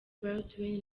baldwin